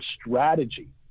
strategy